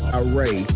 array